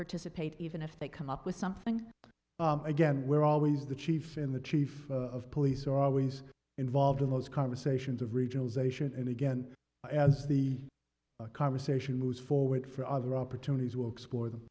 participate even if they come up with something again where always the chief in the chief of police are always involved in those conversations of regionalization and again as the conversation moves forward for other opportunities will explore them